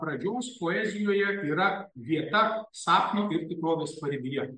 pradžios poezijoje yra vieta sapno ir tikrovės paribyje